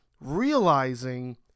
realizing